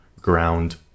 ground